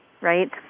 right